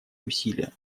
усилия